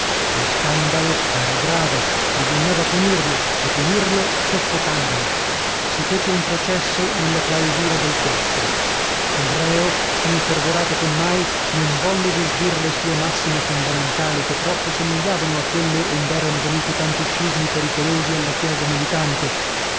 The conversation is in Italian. lo scandalo era grave bisognava punirlo e punirlo soffocandolo si fece un processo nella clausura del chiostro il reo più infervorato che mai non volle disdir le sue massime fondamentali che troppo somigliavano a quelle ond'erano venuti tanti scismi pericolosi alla chiesa militante